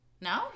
No